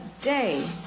day